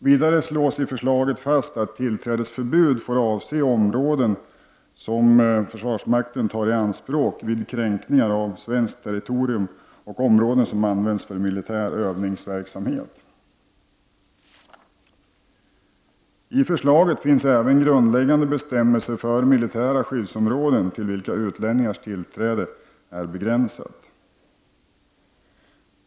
Vidare slås i förslaget fast att tillträdesförbud får avse områden som försvarsmakten tar i anspråk vid kränkningar av svenskt territorium och områden som används för militär övningsverksamhet. I förslaget finns även grundläggande bestämmelser för militära skyddsområden till vilka utlänningars tillträde är begränsat.